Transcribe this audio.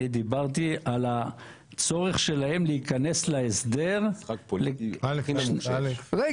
אני דיברתי על הצורך שלהם להיכנס להסדר -- משחק פוליטי --- רגע,